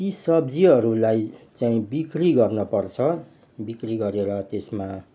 ती सब्जीहरूलाई चाहिँ बिक्री गर्नपर्छ बिक्री गरेर त्यसमा